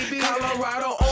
Colorado